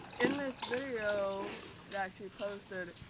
in this video that she posted,